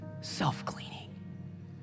self-cleaning